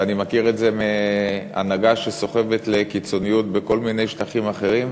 ואני מכיר את זה מהנהגה שסוחבת לקיצוניות בכל מיני שטחים אחרים,